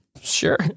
Sure